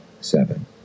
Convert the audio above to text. seven